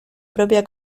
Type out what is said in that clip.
propia